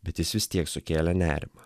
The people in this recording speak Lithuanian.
bet jis vis tiek sukėlė nerimą